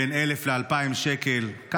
בין 1,000 ל-2,000 שקל בשנה,